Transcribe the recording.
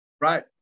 Right